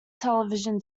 television